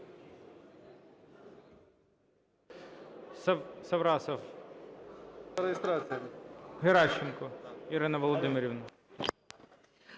Саврасов. Геращенко Ірина Володимирівна.